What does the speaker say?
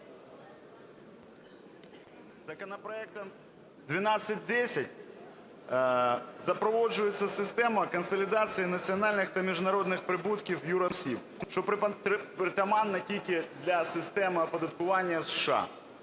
Законопроектом 1210 запроваджується система консолідації національних та міжнародних прибутків юросіб, що притаманне тільки для системи оподаткування в США.